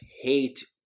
hate